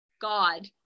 God